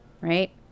right